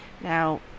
Now